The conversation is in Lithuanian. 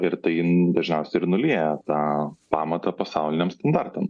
ir tai n dažniausiai ir nulieja tą pamatą pasauliniam standartam